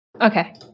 Okay